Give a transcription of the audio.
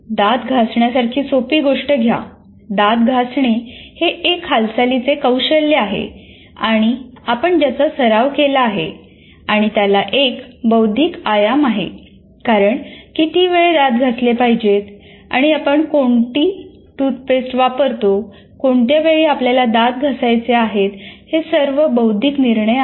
दात घासण्यासारखी सोपी गोष्ट घ्या दात घासणे हे एक हालचालीचे कौशल्य आहे किंवा आपण ज्याचा सराव केला आहे आणि त्याला एक बौद्धिक आयाम आहे कारण किती वेळ दात घासले पाहिजेत आणि आपण कोणती टूथपेस्ट वापरतो कोणत्या वेळी आपल्याला दात घासायचे आहेत हे सर्व बौद्धिक निर्णय आहेत